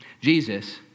Jesus